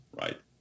right